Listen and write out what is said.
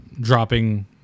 dropping